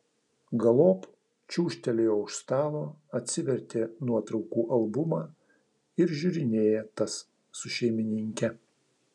galop čiūžtelėjo už stalo atsivertė nuotraukų albumą ir žiūrinėja tas su šeimininke